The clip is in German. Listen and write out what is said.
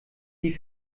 die